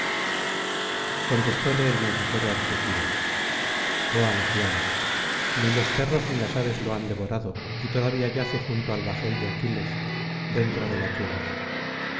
contestóle el mensajero argicida oh anciano ni los perros ni las aves lo han devorado y todavía yace junto al bajel de aquiles dentro de la tienda